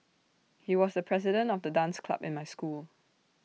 he was the president of the dance club in my school